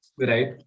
right